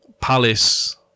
Palace